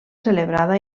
celebrada